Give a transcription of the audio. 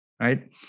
right